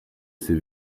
ces